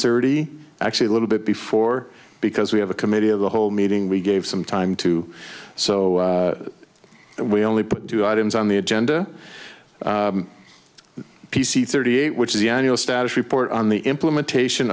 thirty actually a little bit before because we have a committee of the whole meeting we gave some time to so we only put two items on the agenda p c thirty eight which is the annual status report on the implementation